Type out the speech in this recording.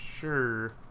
Sure